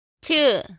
two